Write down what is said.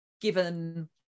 given